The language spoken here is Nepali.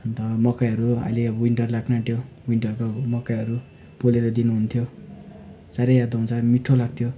अन्त मकैहरू अहिले अब विन्टर लाग्नआँट्यो विन्टरको मकैहरू पोलेर दिनुहुन्थ्यो साह्रै याद आउँछ मिठो लाग्थ्यो